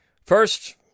First